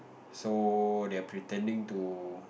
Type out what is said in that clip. so they are pretending to